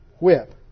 whip